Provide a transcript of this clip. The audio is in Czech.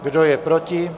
Kdo je proti?